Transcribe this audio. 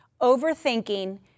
Overthinking